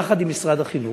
יחד עם משרד החינוך,